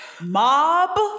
Mob